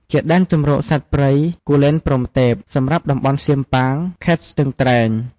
ជាដែនជម្រកសត្វព្រៃគូលែនព្រហ្មទេព សម្រាប់តំបន់សៀមប៉ាង ខេត្តស្ទឹងត្រែង។